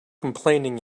complaining